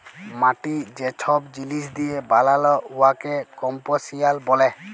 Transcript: মাটি যে ছব জিলিস দিঁয়ে বালাল উয়াকে কম্পসিশল ব্যলে